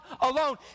alone